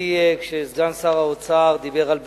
קצת צרם לי כשסגן שר האוצר דיבר על בשורה,